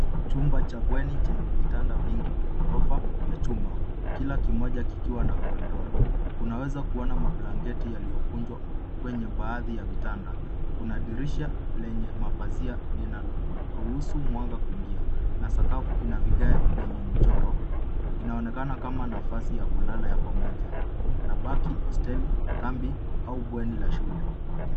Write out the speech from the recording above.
Chumba kilicho ndani chenye vitanda vingi vya chuma. Kila kitanda kina mto na blanketi. Baadhi ya vitanda vina mablangeti yaliyo na muundo. Kuna dirisha lenye mapazia linaloruhusu mwanga kuingia. Sakafu ina muundo wa michoro. Inaonekana kama sehemu ya kulala ya pamoja, kama hosteli, kambi, au bweni la shule.